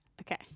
Okay